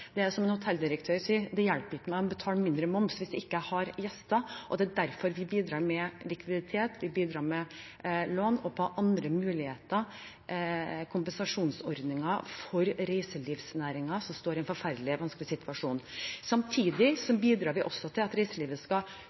Det er som en hotelldirektør sa: Det hjelper ikke å betale mindre moms hvis vi ikke har gjester. Det er derfor vi bidrar med likviditet, vi bidrar med lån og andre mulige kompensasjonsordninger for reiselivsnæringen, som står i en forferdelig vanskelig situasjon. Samtidig bidrar vi også til at reiselivet skal